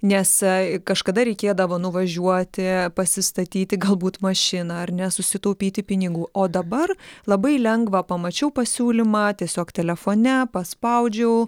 nes kažkada reikėdavo nuvažiuoti pasistatyti galbūt mašiną ar ne susitaupyti pinigų o dabar labai lengva pamačiau pasiūlymą tiesiog telefone paspaudžiau